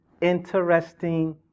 interesting